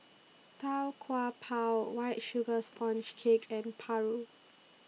Tau Kwa Pau White Sugar Sponge Cake and Paru